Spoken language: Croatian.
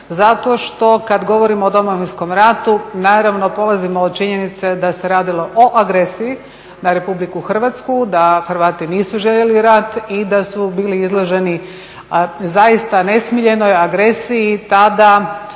Zato što kad govorimo o Domovinskom ratu naravno polazimo od činjenice da se radilo o agresiji na RH, da Hrvati nisu željeli rat i da su bili izloženi zaista nesmiljenoj agresiji tada